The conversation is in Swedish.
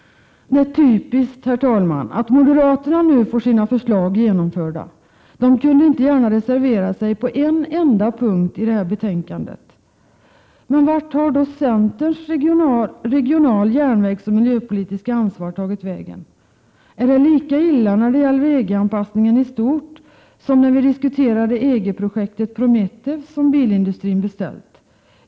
Det är typiskt, herr talman, att moderaterna nu får sina förslag genomförda. De kunde inte gärna reservera sig på en enda punkt i detta betänkande. Men vart har centerns regionala och järnvägsoch miljöpolitiska ansvar tagit vägen? Är det lika illa när det gäller EG-anpassningen i stort som när vi diskuterade EG-projektet Prometeus, som bilindustrin beställt?